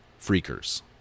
freakers